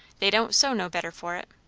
they don't sew no better for it.